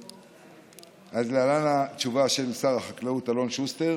אז להלן התשובה של שר החקלאות אלון שוסטר